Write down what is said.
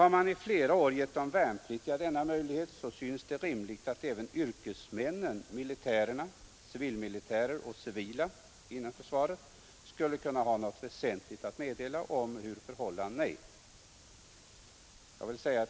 När man nu under flera år berett de värnpliktiga denna möjlighet synes det rimligt att även yrkesmännen militärerna, civilmilitärer och civila inom försvaret skulle kunna ha något väsentligt att meddela om hur förhållandena är.